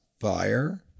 fire